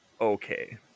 okay